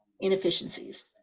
inefficiencies